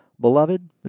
Beloved